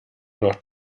noch